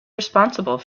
responsible